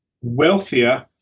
wealthier